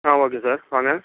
ஆ okay sir வாங்க